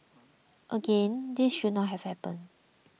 again this should not have happened